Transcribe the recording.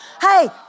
Hey